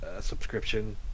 subscription